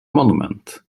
monument